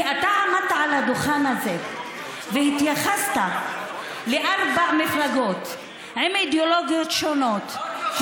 כי אתה עמדת על הדוכן הזה והתייחסת לארבע מפלגות עם אידיאולוגיות שונות,